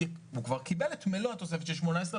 והוא כבר קיבל את מלוא התוספת של 2018,